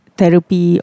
therapy